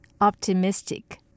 optimistic